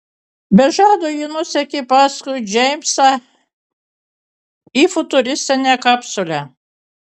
be žado ji nusekė paskui džeimsą į futuristinę kapsulę